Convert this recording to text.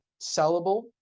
sellable